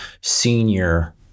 senior